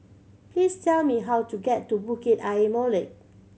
please tell me how to get to Bukit Ayer Molek